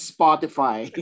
Spotify